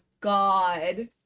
god